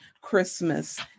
Christmas